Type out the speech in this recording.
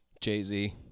Jay-Z